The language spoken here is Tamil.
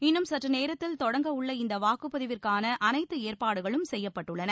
இன்னும் சற்றுநேரத்தில் தொடங்க உள்ள இந்த வாக்குப்பதிவிற்கான அனைத்து ஏற்பாடுகளும் செய்யப்பட்டுள்ளன